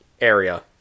area